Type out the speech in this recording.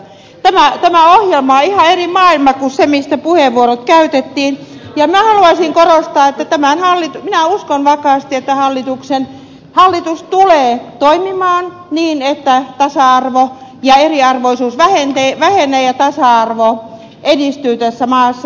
tämä ohjelma on ihan eri maailmasta kuin se mistä puheenvuorot käytettiin ja minä haluaisin korostaa että minä uskon vakaasti että hallitus tulee toimimaan niin että eriarvoisuus vähenee ja tasa arvo edistyy tässä maassa